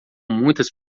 muitas